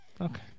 Okay